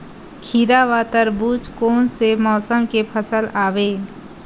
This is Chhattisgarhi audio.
खीरा व तरबुज कोन से मौसम के फसल आवेय?